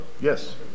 Yes